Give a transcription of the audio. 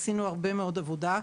עשינו הרבה מאוד עבודה.